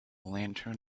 lantern